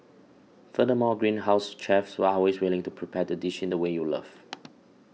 furthermore Greenhouse's chefs are always willing to prepare the dish in the way you love